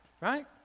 right